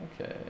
Okay